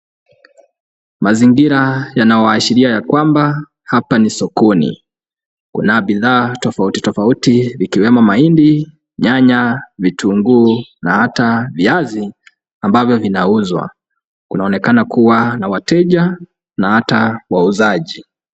Mazingira yanawaashiria ya kwamba hapa ni sokoni. Kuna bidhaa tofauti tofauti vikiwemo mahindi, nyanya, vitunguu na hata viazi ambavyo vinauzwa. Kunaonekana kuwa na wateja na hata wauzaji.